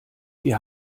wir